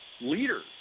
leaders